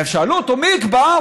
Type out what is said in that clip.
ושאלו אותו: מי יקבע?